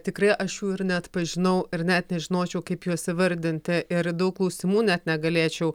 tikrai aš jų ir neatpažinau ir net nežinočiau kaip juos įvardinti ir daug klausimų net negalėčiau